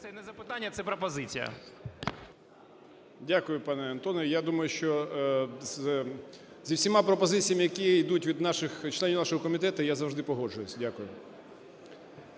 Це не запитання, це пропозиція. 13:04:38 КОЖЕМ’ЯКІН А.А. Дякую, пане Антоне. Я думаю, що зі всіма пропозиціями, які ідуть від членів нашого комітету, я завжди погоджуюсь. Дякую.